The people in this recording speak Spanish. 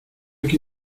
que